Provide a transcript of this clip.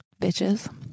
bitches